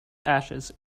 ashes